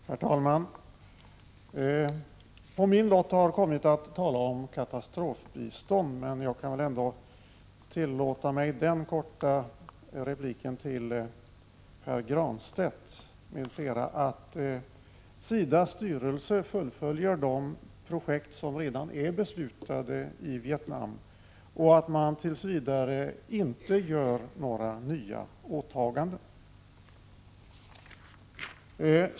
utvecklingssamarbete Herr talman! På min lott har fallit att tala om katastrofbistånd. Först =”"”" tillåter jag mig dock den korta repliken till Pär Granstedt m.fl., att SIDA:s styrelse fullföljer de projekt i Vietnam som redan är beslutade men tills vidare inte gör några nya åtaganden.